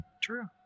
True